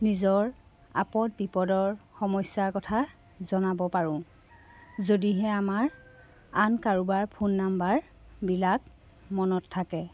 নিজৰ আপদ বিপদৰ সমস্যাৰ কথা জনাব পাৰোঁ যদিহে আমাৰ আন কাৰোবাৰ ফোন নম্বৰবিলাক মনত থাকে